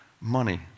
money